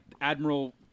Admiral